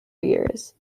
years